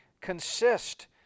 consist